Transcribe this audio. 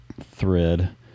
thread